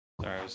Sorry